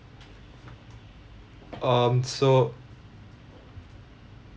um so